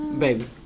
baby